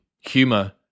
humor